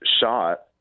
shot